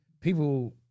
people